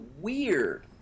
weird